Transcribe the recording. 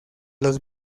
los